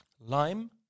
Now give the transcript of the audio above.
Lime